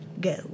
Go